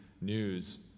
News